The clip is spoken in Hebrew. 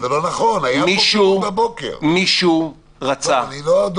אבל זה לא נכון, היה פה --- אני לא הדובר.